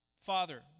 Father